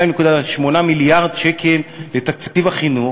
2.8 מיליארד שקל לתקציב החינוך,